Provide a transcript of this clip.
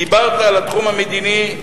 דיברת על התחום המדיני.